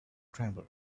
tremble